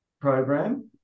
program